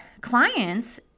clients